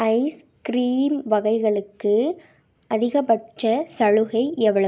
ice cream வகைகளுக்கு அதிகபட்ச சலுகை எவ்வளவு